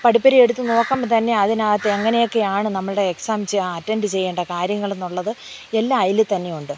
പഠിപ്പുര എടുത്ത് നോക്കുമ്പോൾ തന്നെ അതിനകത്ത് എങ്ങനെയൊക്കെയാണ് നമ്മളുടെ എക്സാം അറ്റെൻഡ ചെയ്യേണ്ടത് കാര്യങ്ങൾ എന്നുള്ളത് എല്ലാം അതിൽ തന്നെയുണ്ട്